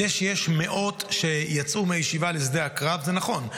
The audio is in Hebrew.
זה שיש מאות שיצאו מהישיבה לשדה הקרב, זה נכון.